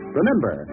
Remember